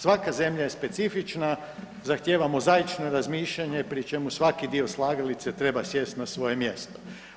Svaka zemlja je specifična, zahtijeva mozaično razmišljanje pri čemu svaki dio slagalice treba sjest na svoje mjesto.